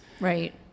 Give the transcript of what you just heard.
right